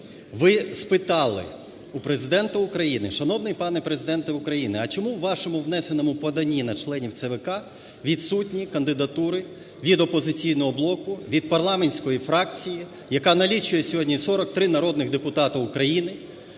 ви спитали у Президента України: шановний пане Президенте України, а чому в вашому внесеному поданні на членів ЦВК відсутні кандидатури від "Опозиційного блоку", від парламентської фракції, яка налічує сьогодні 43 народних депутати України.